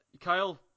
Kyle